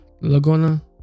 Laguna